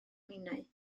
minnau